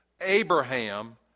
Abraham